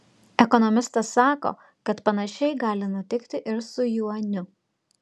ekonomistas sako kad panašiai gali nutikti ir su juaniu